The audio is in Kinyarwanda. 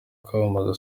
kwamamaza